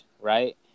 right